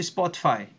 Spotify